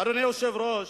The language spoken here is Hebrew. אדוני היושב-ראש,